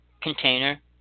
container